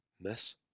miss